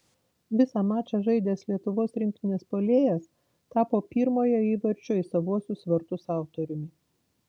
visą mačą žaidęs lietuvos rinktinės puolėjas tapo pirmojo įvarčio į savuosius vartus autoriumi